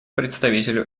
представителю